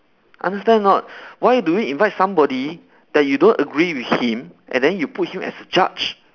understand or not why do you invite somebody that you don't agree with him and then you put him as a judge